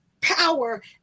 power